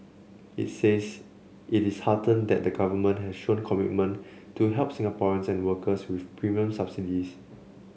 it says it is heartened that the Government has shown commitment to help Singaporeans and workers with premium subsidies